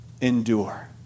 Endure